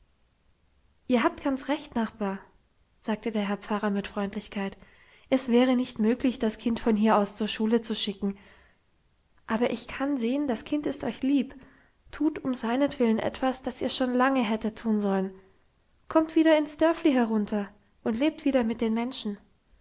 ihr habt ganz recht nachbar sagte der herr pfarrer mit freundlichkeit es wäre nicht möglich das kind von hier aus zur schule zu schicken aber ich kann sehen das kind ist euch lieb tut um seinetwillen etwas das ihr schon lange hättet tun sollen kommt wieder ins dörfli herunter und lebt wieder mit den menschen